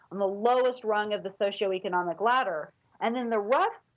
and the lowest rung of the socioeconomic ladder and then the roughs,